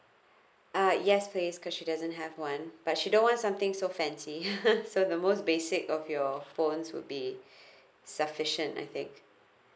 ah yes please cause she doesn't have one but she don't want something so fancy so the most basic of your phones would be sufficient I think